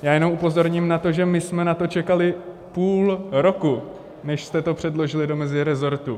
Já jenom upozorním na to, že my jsme na to čekali půl roku, než jste to předložili do mezirezortu.